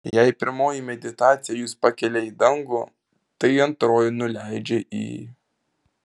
jei pirmoji meditacija jus pakelia į dangų tai antroji nuleidžia į